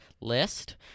list